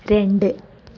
രണ്ട്